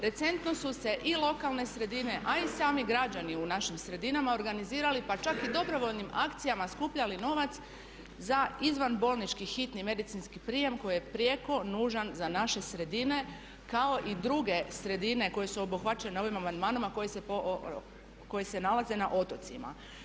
Recentno su se i lokalne sredine a i sami građani u našim sredinama organizirali pa čak i dobrovoljnim akcijama skupljali novac za izvan bolnički hitni medicinski prijem koji je prijeko nužan za naše sredine kao i druge sredine koje su obuhvaćene ovim amandmanima koji se nalaze na otocima.